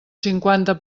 cinquanta